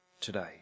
today